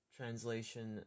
Translation